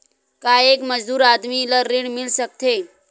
का एक मजदूर आदमी ल ऋण मिल सकथे?